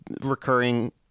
recurring